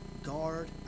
guard